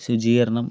ശുചീകരണം